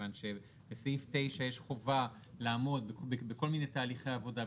מכיוון שבסעיף 9 יש חובה לעמוד בכל מיני תהליכי עבודה,